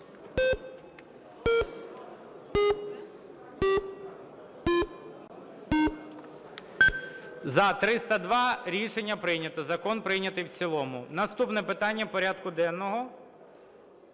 За-302 Рішення прийнято. Закон прийнятий в цілому. Наступне питання порядку денного